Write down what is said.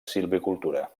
silvicultura